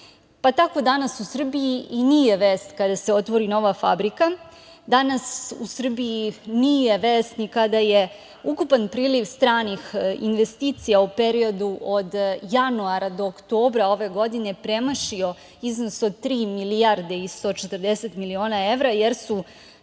Tako danas u Srbiji i nije vest kada se otvori nova fabrika, danas u Srbiji nije vest ni kada je ukupan priliv stranih investicija u periodu od januara do oktobra ove godine premašio iznos od tri milijarde i 140 miliona evra, jer su,